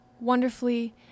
wonderfully